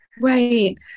Right